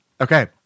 Okay